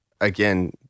again